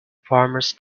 farmers